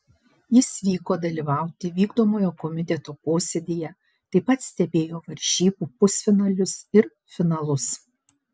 jis vyko dalyvauti vykdomojo komiteto posėdyje taip pat stebėjo varžybų pusfinalius ir finalus